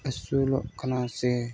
ᱟᱹᱥᱩᱞᱚᱜ ᱠᱟᱱᱟ ᱥᱮ